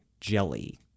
jelly